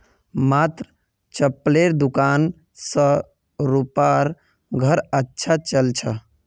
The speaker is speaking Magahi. मात्र चप्पलेर दुकान स रूपार घर अच्छा चल छ